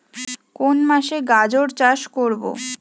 কোন মাসে গাজর চাষ করব?